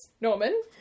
Norman